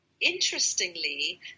Interestingly